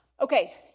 Okay